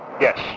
Yes